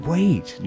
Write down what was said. Wait